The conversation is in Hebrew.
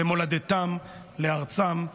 למולדתם ולארצם,